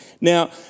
Now